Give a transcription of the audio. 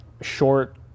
short